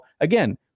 again